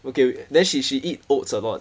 okay then she she eat oats a lot